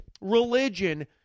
religion